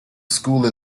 school